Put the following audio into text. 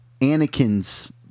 Anakin's